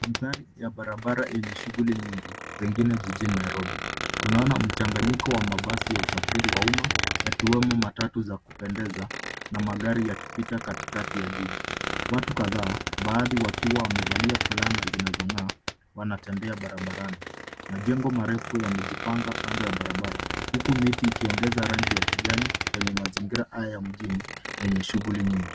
Mandhari ya barabara yenye shughuli nyingi pengine jijini Nairobi. Tunaona mchanganyiko wa mabasi ya usafiri ya umma yakiwemo matatu za kupendeza na magari yakipita katikati ya jiji. Watu kadhaa baadhi wakiwa wamevalia fulana zinazong'aa wanatembea barabarani. Majengo marefu yamejipanga kando y barabara huku miti ikiongeza rangi ya kijani kwenye mazingira haya ya mjini yenye shughuli nyingi.